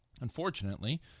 Unfortunately